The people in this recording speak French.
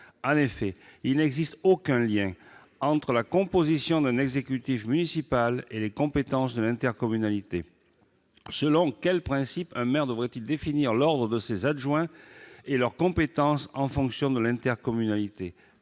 En effet, il n'existe aucun lien entre la composition d'un exécutif municipal et les compétences de l'intercommunalité. Selon quels principes un maire devrait-il définir l'ordre de ses adjoints et leurs compétences en fonction de l'intercommunalité ?